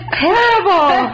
terrible